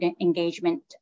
engagement